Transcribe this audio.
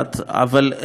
עצם הגישה,